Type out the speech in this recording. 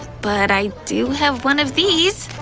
but i do have one of these!